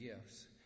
gifts